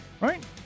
Right